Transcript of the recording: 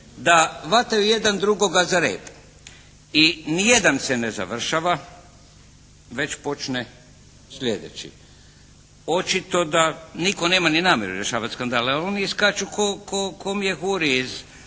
da hvataju jedan drugoga za rep i nijedan se ne završava već počne slijedeći. Očito da nitko nema ni namjeru rješavati skandale a oni iskaču kao mjehuri iz